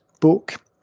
book